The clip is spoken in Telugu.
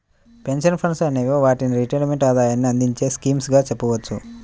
పెన్షన్ ఫండ్స్ అనే వాటిని రిటైర్మెంట్ ఆదాయాన్ని అందించే స్కీమ్స్ గా చెప్పవచ్చు